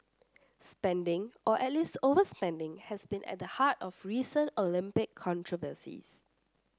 spending or at least overspending has been at the heart of recent Olympic controversies